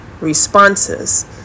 responses